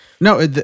No